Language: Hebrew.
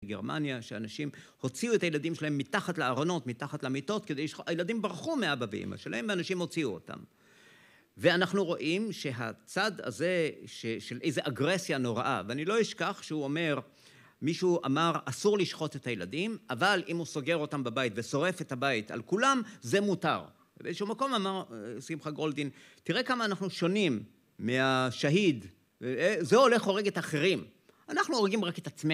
גרמניה, שאנשים הוציאו את הילדים שלהם מתחת לארונות, מתחת למיטות, כדי לשחוט. הילדים ברחו מאבא ואמא שלהם, ואנשים הוציאו אותם. ואנחנו רואים שהצד הזה של איזו אגרסיה נוראה, ואני לא אשכח שהוא אומר, מישהו אמר, אסור לשחוט את הילדים, אבל אם הוא סוגר אותם בבית, ושורף את הבית על כולם, זה מותר. ובאיזשהו מקום אמר שמחה גולדין, תראה כמה אנחנו שונים מהשהיד. זה הולך, הורג את האחרים. אנחנו הורגים רק את עצמנו.